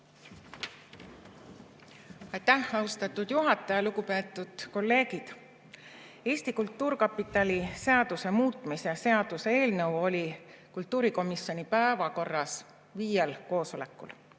Aitäh, austatud juhataja! Lugupeetud kolleegid! Eesti Kultuurkapitali seaduse muutmise seaduse eelnõu oli kultuurikomisjoni päevakorras viiel koosolekul.